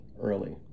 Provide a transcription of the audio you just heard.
Early